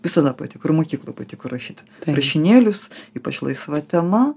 visada patiko ir mokykloj patiko rašyt rašinėlius ypač laisva tema